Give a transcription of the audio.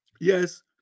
Yes